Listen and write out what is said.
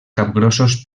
capgrossos